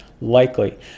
likely